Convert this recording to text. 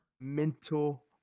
Mental